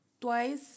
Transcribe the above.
twice